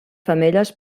femelles